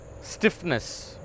stiffness